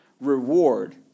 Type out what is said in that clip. reward